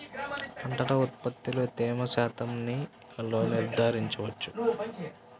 పంటల ఉత్పత్తిలో తేమ శాతంను ఎలా నిర్ధారించవచ్చు?